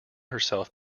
herself